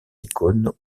icônes